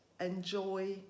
enjoy